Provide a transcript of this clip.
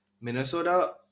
Minnesota